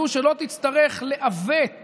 כזו שלא תצטרך לעוות